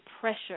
pressure